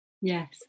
Yes